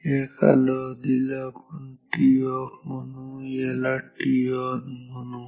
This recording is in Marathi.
या कालावधीला आपण TOFF म्हणू आणि याला TON म्हणू